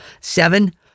Seven